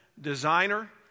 designer